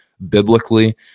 Biblically